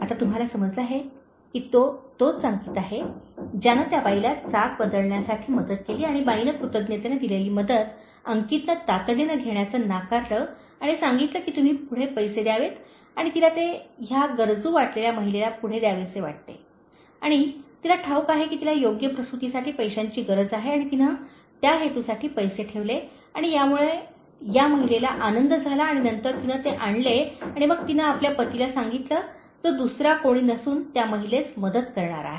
" आता तुम्हाला समजले आहे की तो तोच अंकित आहे ज्याने त्या बाईला चाक बदलण्यासाठी मदत केली आणि बाईने कृतज्ञतेने दिलेली मदत अंकितने तातडीने घेण्याचे नाकारले आणि सांगितले की तुम्ही पुढे पैसे द्यावेत तिला ते ह्या गरजू वाटलेल्या महिलेला पुढे द्यावेसे वाटते आणि तिला ठाऊक आहे की तिला योग्य प्रसूतीसाठी पैशांची गरज आहे आणि तिने त्या हेतूसाठी पैसे ठेवले आणि यामुळे या महिलेला आनंद झाला आणि नंतर तिने ते आणले आणि मग तिने आपल्या पतीला सांगितले जो दुसरा कोणी नसून त्या महिलेस मदत करणारा आहे